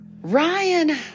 Ryan